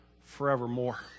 forevermore